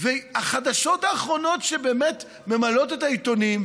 והחדשות האחרונות שבאמת ממלאות את העיתונים,